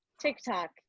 TikTok